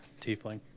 Tiefling